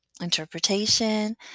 interpretation